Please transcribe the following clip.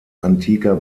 antiker